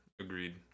agreed